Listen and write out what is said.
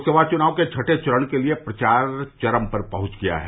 लोकसभा चुनाव के छठें चरण के लिये प्रचार चरम पर पहुंच गया है